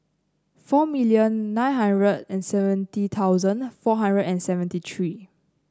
four million nine hundred and seventy thousand four hundred and seventy three